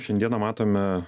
šiandieną matome